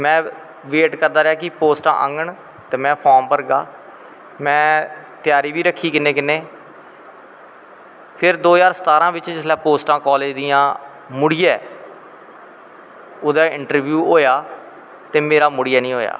में वेट करदा रेहा कि पोस्टां आंगन ते में फार्म भरगा में तैयारी बी रक्खी कन्नैं कन्नैं फिर दो ज्हार सतारां बिच्च पोस्टां कालेज़ दियां मुड़ियै ओह्दा इंट्रब्यू होया ते मेरा मुड़ियै नी होया